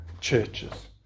churches